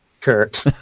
Kurt